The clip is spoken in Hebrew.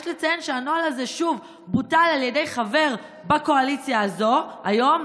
יש לציין שוב שהנוהל הזה בוטל על ידי חבר בקואליציה הזאת היום,